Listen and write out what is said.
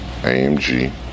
AMG